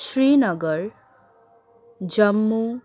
Srinagar Jammu